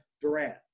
Durant